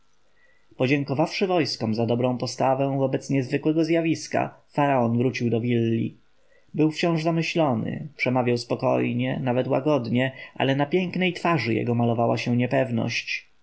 podziękowawszy wojskom za dobrą postawę wobec niezwykłego zjawiska faraon wrócił do willi był wciąż zamyślony przemawiał spokojnie nawet łagodnie ale na pięknej twarzy jego malowała się niepewność